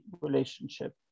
relationship